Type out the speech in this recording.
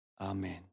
Amen